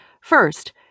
First